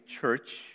church